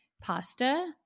pasta